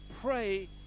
pray